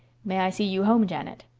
may i see you home, janet?